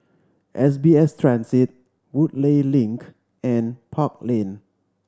S B S Transit Woodleigh Link and Park Lane